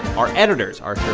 our editors are shirley